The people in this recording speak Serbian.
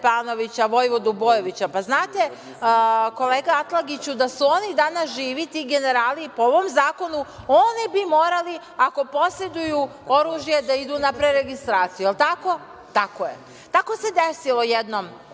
vojvodu Bojovića. Znate, kolega Atlagiću, da su oni danas živi, ti generali, po ovom zakonu, bi morali, ako poseduju oružje, da idu na preregistraciju. Da li je tako? Tako je. Tako se desilo jednom